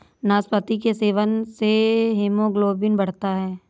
नाशपाती के सेवन से हीमोग्लोबिन बढ़ता है